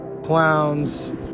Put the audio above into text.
clowns